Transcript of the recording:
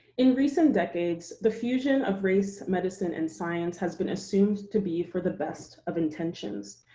in recent decades, the fusion of race, medicine, and science has been assumed to be for the best of intentions.